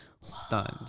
stunned